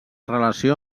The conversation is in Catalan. relació